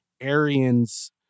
Arians